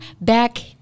back